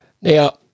Now